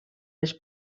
les